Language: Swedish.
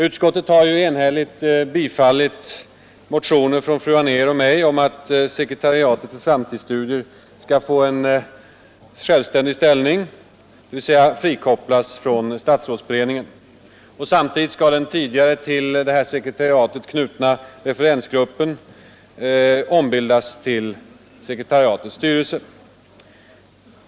Utskottet har ju enhälligt biträtt motioner av fru Anér och mig om att sekretariatet för framtidsstudier skall få en självständig ställning, dvs. frikopplas från statsrådsberedningen. Samtidigt skall den tidigare till detta sekretariat knutna referensgruppen ombildas till sekretariatets styrelse.